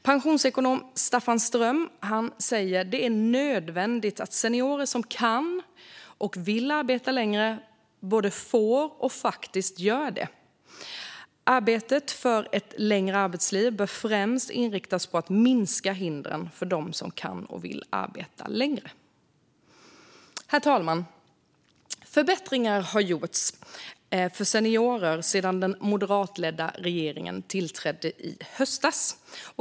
Pensionsekonom Staffan Ström säger: "Det är en nödvändighet att seniorer som kan och vill arbeta längre också både får och faktiskt gör det. Arbetet för ett längre arbetsliv bör främst inriktas på att minska hindren för de som kan och vill arbeta längre." Herr talman! Förbättringar har gjorts för seniorer sedan den moderatledda regeringen tillträdde i höstas.